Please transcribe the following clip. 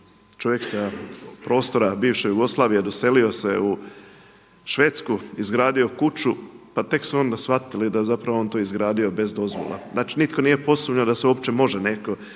čovjek sa prostora bivše Jugoslavije doselio se u Švedsku, izgradio kuću pa tek su onda shvatili da je on to zapravo izgradio bez dozvola. Znači, nitko nije posumnjao da se uopće može nešto